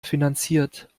finanziert